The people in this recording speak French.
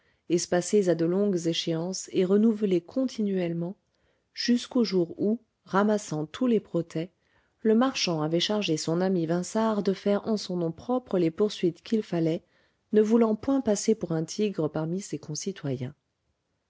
espacés à de longues échéances et renouvelés continuellement jusqu'au jour où ramassant tous les protêts le marchand avait chargé son ami vinçart de faire en son nom propre les poursuites qu'il fallait ne voulant point passer pour un tigre parmi ses concitoyens